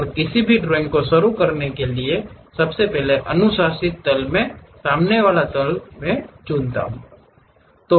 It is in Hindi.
और किसी भी ड्राइंग को शुरू करने के लिए अनुशंसित तल मे सामने वाला तल चुना जाता है